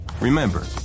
Remember